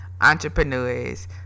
entrepreneurs